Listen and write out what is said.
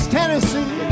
Tennessee